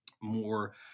more